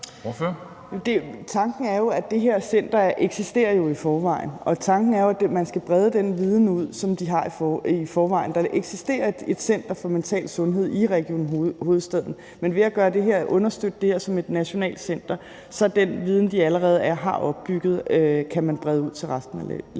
Trine Torp (SF): Det her center eksisterer jo i forvejen, og tanken er, at man skal brede den viden ud, som de har i forvejen. Der eksisterer et Center for Mental Sundhed - Kbh i Region Hovedstaden. Men ved at understøtte det her center som et nationalt center kan man brede den viden, de allerede har opbygget, ud til resten af landet.